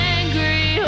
angry